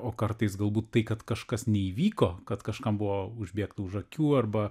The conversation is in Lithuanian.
o kartais galbūt tai kad kažkas neįvyko kad kažkam buvo užbėgta už akių arba